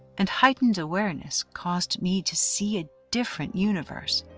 and heightened awareness caused me to see a different universe.